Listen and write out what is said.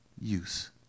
use